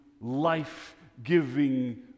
life-giving